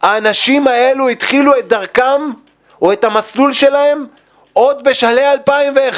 האנשים האלו התחילו את דרכם או את המסלול שלהם עוד בשלהי 2011,